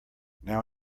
now